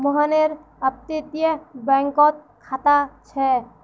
मोहनेर अपततीये बैंकोत खाता छे